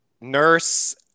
Nurse